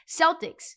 Celtics